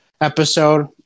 episode